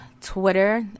twitter